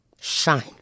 shine